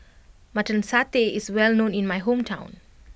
Mutton Satay is well known in my hometown